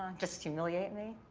just humiliate me?